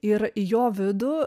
ir jo vidų